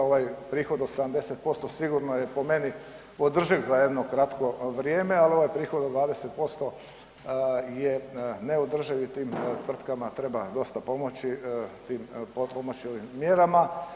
Ovaj prihod od 70% sigurno je po meni održiv za jedno kratko vrijeme, ali ovaj prihod od 20% je neodrživ i tim tvrtkama treba dosta pomoći, tim, pomoći ovim mjerama.